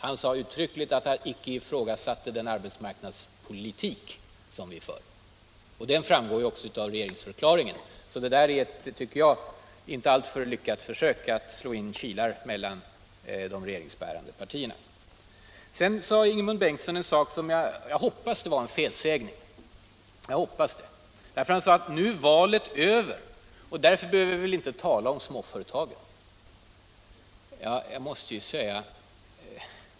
Han sade uttryckligen att han icke ifrågasätter den marknadspolitik vi för. Den framgår ju också av regeringsförklaringen. Jag tycker därför att detta var ett icke alltför lyckat försök att slå in kilar mellan de regeringsbärande partierna. Sedan sade Ingemund Bengtsson en sak som jag hoppas var en felsägning. Han sade att nu är valet över och då behöver vi väl inte tala om småföretagen!